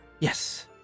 yes